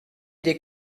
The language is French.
des